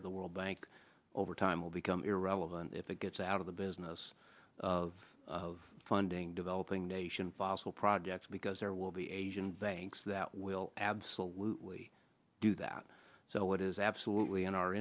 there the world bank over time will become irrelevant if it gets out of the business of funding developing nation possible projects because there will be asian banks that will absolutely do that so it is absolutely in our